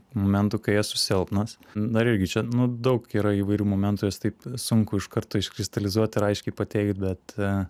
momentų kai esu silpnas dar irgi čia nu daug yra įvairių momentų juos taip sunku iš karto iškristalizuot ir aiškiai pateikt bet